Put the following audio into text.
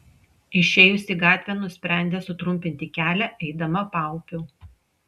išėjusi gatvėn nusprendė sutrumpinti kelią eidama paupiu